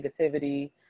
negativity